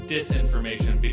Disinformation